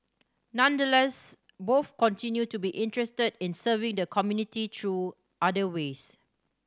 nonetheless both continue to be interested in serving the community through other ways